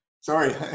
Sorry